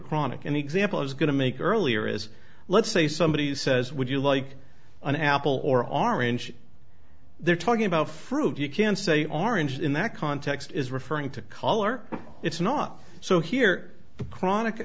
chronic an example is going to make earlier is let's say somebody says would you like an apple or orange they're talking about fruit you can say are injured in that context is referring to color it's not so here the chronic